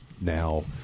now –